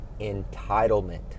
entitlement